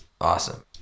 awesome